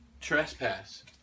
trespass